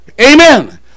Amen